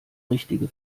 richtige